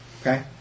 Okay